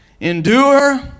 Endure